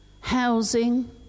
housing